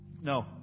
No